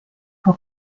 for